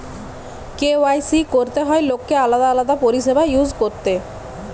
KYC করতে হয় লোককে আলাদা আলাদা পরিষেবা ইউজ করতে